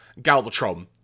Galvatron